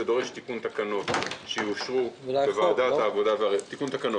דבר שידרוש תיקון תקנות שיאושרו בוועדת העבודה והרווחה.